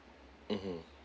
mmhmm